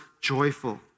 joyful